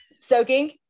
soaking